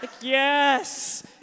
Yes